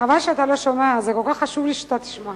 חבל שאתה לא שומע, זה כל כך חשוב לי שאתה תשמע.